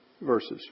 verses